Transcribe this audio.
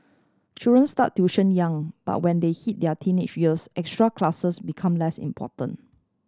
children start tuition young but when they hit their teenage years extra classes become less important